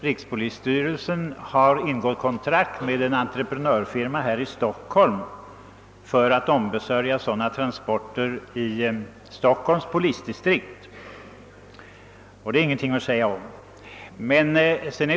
Rikspolisstyrelsen har kontrakt med en entreprenörfirma här i Stockholm för ombesörjande av sådana transporter i Stockholms polisdistrikt, och det är ingenting att säga om detta.